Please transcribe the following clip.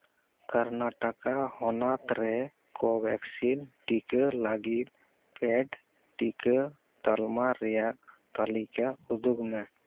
ᱠᱚᱨᱱᱟᱴᱚᱠᱟ ᱦᱚᱱᱚᱛ ᱨᱮ ᱠᱳ ᱵᱷᱮᱠᱥᱤᱱ ᱴᱤᱠᱟᱹ ᱞᱟᱹᱜᱤᱫ ᱯᱮᱰ ᱴᱤᱠᱟᱹ ᱛᱟᱞᱢᱟ ᱨᱮᱭᱟᱜ ᱛᱟᱹᱞᱤᱠᱟ ᱩᱫᱩᱜᱽ ᱢᱮ